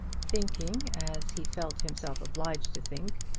thinking, as he felt himself obliged to think,